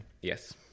Yes